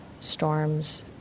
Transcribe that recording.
storms